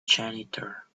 janitor